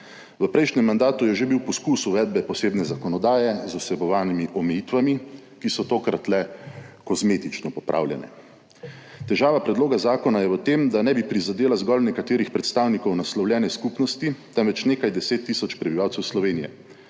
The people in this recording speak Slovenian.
V prejšnjem mandatu je že bil poskus uvedbe posebne zakonodaje z vsebovanimi omejitvami, ki so tokrat le kozmetično popravljene. Težava predloga zakona je v tem, da ne bi prizadela zgolj nekaterih predstavnikov naslovljene skupnosti, temveč nekaj deset tisoč prebivalcev Slovenije.